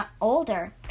older